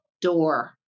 door